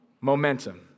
momentum